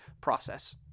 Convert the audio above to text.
process